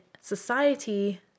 society